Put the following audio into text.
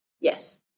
Yes